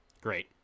Great